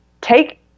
take